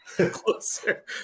closer